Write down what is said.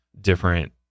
different